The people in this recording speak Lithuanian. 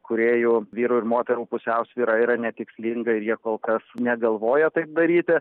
kūrėjų vyrų ir moterų pusiausvyrą yra netikslinga ir jie kol kas negalvoja taip daryti